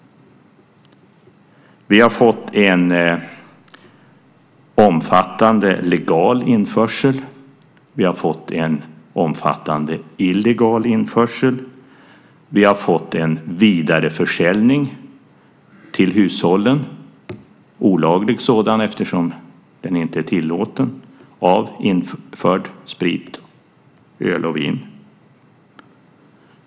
Vi har fått en omfattande legal införsel. Vi har fått en omfattande illegal införsel. Vi har fått en vidareförsäljning till hushållen, en olaglig sådan eftersom den inte är tillåten, av införd sprit, öl och vin.